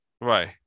Right